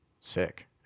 sick